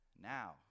now